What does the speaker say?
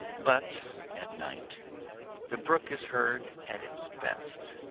but at night the brook is heard at its best,